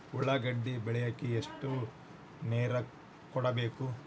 ಉಳ್ಳಾಗಡ್ಡಿ ಬೆಳಿಲಿಕ್ಕೆ ಎಷ್ಟು ನೇರ ಕೊಡಬೇಕು?